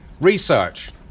Research